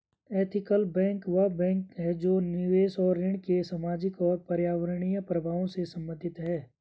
ethical bank वह bank है जो निवेश और ऋण के सामाजिक और पर्यावरणीय प्रभावों से संबंधित है